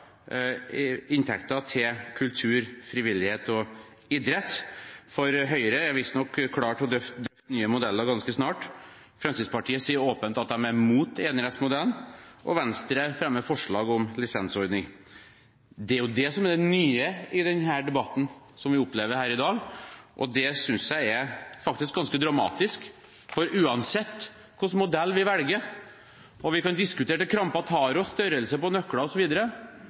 inntekter til kultur, frivillighet og idrett. For Høyre er visstnok klar til å drøfte nye modeller ganske snart. Fremskrittspartiet sier åpent at de er imot enerettsmodellen, og Venstre fremmer forslag om lisensordning. Det er jo det som er det nye i denne debatten, som vi opplever her i dag, og det synes jeg faktisk er ganske dramatisk. For uansett hvilken modell vi velger – og vi kan diskutere til krampen tar oss, størrelsen på nøkler